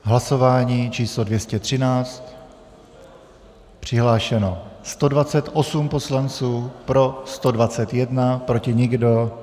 V hlasování číslo 213 přihlášeno 128 poslanců, pro 121, proti nikdo.